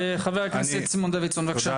חבר הכנסת סימון דוידסון בבקשה.